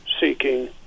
seeking